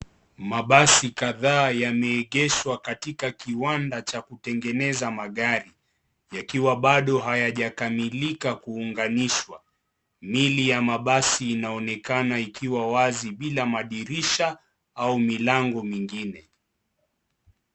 Mabasi kadhaa yameegeshwa katika kiwanda cha kutengeneza magari, yakiwa bado hayajakamilika kuunganishwa miili ya mabasi inaonekana ikiwa wazi bila madirisha au milango mingine.